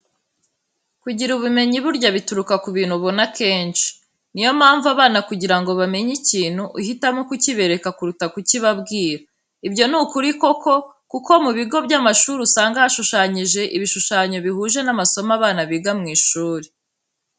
Kugira ubumenyi burya bituruka ku bintu ubona kenshi. Niyo mpamvu abana kugira ngo bamenye ikintu uhitamo kukibereka kuruta kukibabwira. Ibyo ni ukuri koko, kuko mu bigo by'amashuri usanga hashushanyije ibishushanyo bihuje n'amasomo abana biga mu ishuri.